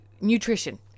Nutrition